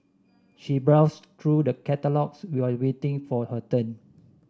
she browsed through the catalogues while waiting for her turn